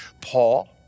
Paul